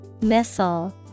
Missile